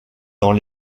dans